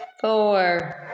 four